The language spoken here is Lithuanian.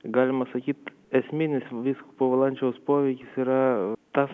galima sakyti esminis vyskupo valančiaus poveikis yra tas